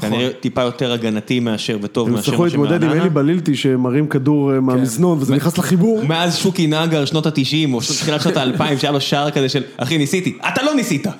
נכון. כנראה טיפה יותר הגנתי מאשר וטוב מאשר מה שמעניין. הם יצטרכו להתמודד אם אלי בלילטי שמרים כדור מהמזנון וזה נכנס לחיבור. מאז שוקי נגר משנות ה-90 או מתחילת שנות ה-2000 שהיה לו שער כזה של אחי ניסיתי, אתה לא ניסית.